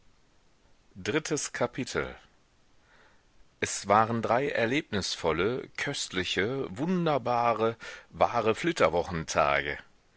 drittes kapitel es waren drei erlebnisvolle köstliche wunderbare wahre flitterwochentage